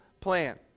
plan